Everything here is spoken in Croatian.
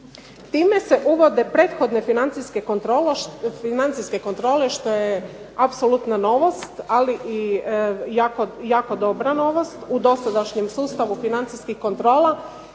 Time se uvode prethodne financijske kontrole što je apsolutna novost, ali i jako dobra novost u dosadašnjem sustavu financijskih kontrola